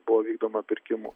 buvo vykdoma pirkimų